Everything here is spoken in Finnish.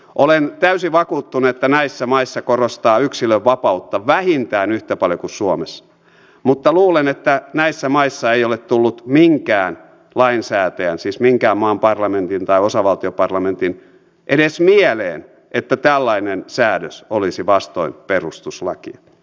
olen täysin vakuuttunut että näissä maissa korostetaan yksilönvapautta vähintään yhtä paljon kuin suomessa mutta luulen että näissä maissa ei ole tullut minkään lainsäätäjän siis minkään maan parlamentin tai osavaltioparlamentin edes mieleen että tällainen säädös olisi vastoin perustuslakia